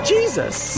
Jesus